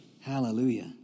Hallelujah